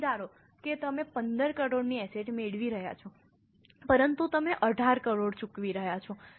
તેથી ધારો કે તમે 15 કરોડની એસેટ મેળવી રહ્યા છો પરંતુ તમે 18 કરોડ ચૂકવી રહ્યા છો